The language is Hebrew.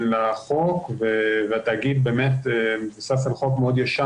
לחוק והתאגיד באמת מבוסס על חוק מאוד ישן.